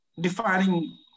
defining